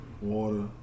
water